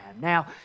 Now